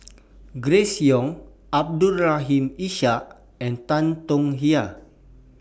Grace Young Abdul Rahim Ishak and Tan Tong Hye